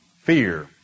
fear